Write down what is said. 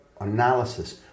analysis